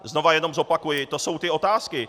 Znovu jenom zopakuji, to jsou ty otázky.